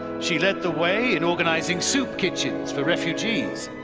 she led the way in organizing soup kitchens for refugees,